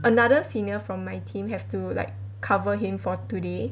another senior from my team have to like cover him for today